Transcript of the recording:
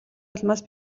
улмаас